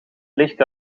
licht